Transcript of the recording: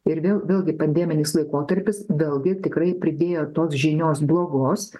ir vėl vėlgi pandeminis laikotarpis vėlgi tikrai pridėjo tos žinios blogos